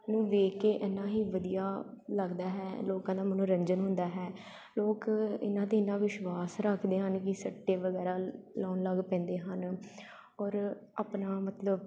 ਨੂੰ ਵੇਖ ਕੇ ਇੰਨਾਂ ਹੀ ਵਧੀਆ ਲੱਗਦਾ ਹੈ ਲੋਕਾਂ ਦਾ ਮੰਨੋਰੰਜਨ ਹੁੰਦਾ ਹੈ ਲੋਕ ਇਹਨਾਂ 'ਤੇ ਇੰਨਾਂ ਵਿਸ਼ਵਾਸ ਰੱਖਦੇ ਹਨ ਕਿ ਸੱਟੇ ਵਗੈਰਾ ਲਾਉਣ ਲੱਗ ਪੈਂਦੇ ਹਨ ਔਰ ਆਪਣਾ ਮਤਲਬ